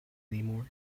anymore